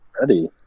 Ready